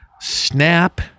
Snap